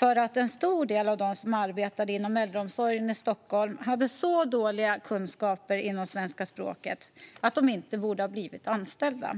att en stor del av dem som arbetade inom äldreomsorgen i Stockholm hade så dåliga kunskaper i svenska språket att de inte borde ha blivit anställda.